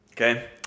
Okay